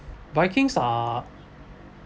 vikings are